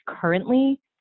currently